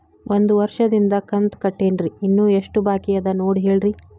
ಒಂದು ವರ್ಷದಿಂದ ಕಂತ ಕಟ್ಟೇನ್ರಿ ಇನ್ನು ಎಷ್ಟ ಬಾಕಿ ಅದ ನೋಡಿ ಹೇಳ್ರಿ